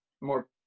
more